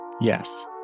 Yes